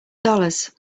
dollars